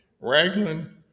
Raglan